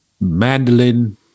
mandolin